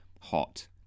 hot